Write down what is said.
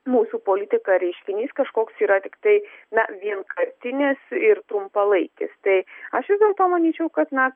mūsų politiką reiškinys kažkoks yra tiktai na vienkartinis ir trumpalaikis tai aš vis dėlto manyčiau kad na